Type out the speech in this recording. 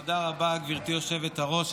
תודה רבה, גבירתי היושבת-ראש.